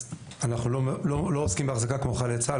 אנחנו לא עוסקים בהחזקה כמו חיילי צה"ל,